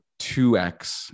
2x